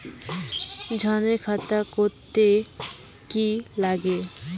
ঋণের খাতা করতে কি লাগে?